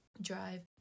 drive